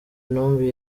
intumbi